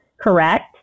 correct